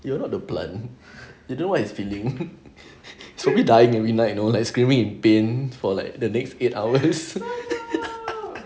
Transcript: you're not the plant you don't what it's feeling should we die during night you know like screaming in pain for like the next eight hours